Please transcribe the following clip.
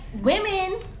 women